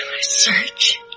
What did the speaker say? search